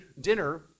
dinner